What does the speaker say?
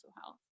health